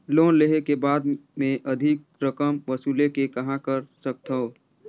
Loan लेहे के बाद मे अधिक रकम वसूले के कहां कर सकथव?